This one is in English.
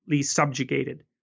subjugated